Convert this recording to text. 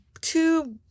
two